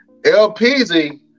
LPZ